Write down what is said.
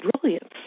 brilliance